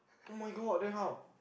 [oh]-my-god then how